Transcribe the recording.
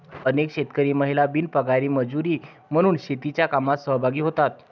अनेक शेतकरी महिला बिनपगारी मजुरी म्हणून शेतीच्या कामात सहभागी होतात